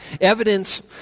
evidence